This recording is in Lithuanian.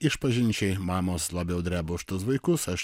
išpažinčiai mamos labiau dreba už tuos vaikus aš